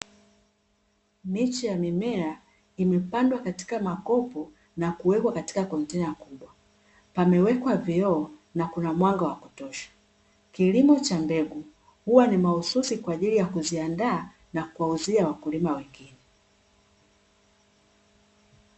Miche ya mimea imepandwa katika makopo na kuwekwa katika kontena kubwa, pamewekwa vioo na kuna mwanga wa kutosha, kilimo cha mbegu huwa ni mahususi kwa ajili ya kuziandaa na kuwauzia wakulima wengine.